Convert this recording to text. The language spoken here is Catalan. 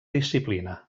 disciplina